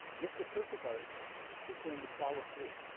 mr. kirkegaard is going to follow through